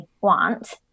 want